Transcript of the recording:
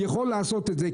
אתה יכול לעשות את זה,